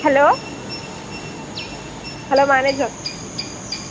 hello hello manager